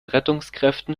rettungskräften